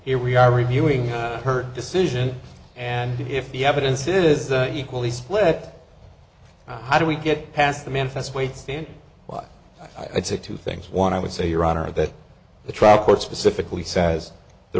here we are reviewing her decision and if the evidence is equally split at how do we get past the manifest weight stand why i'd say two things one i would say your honor that the trial court specifically says the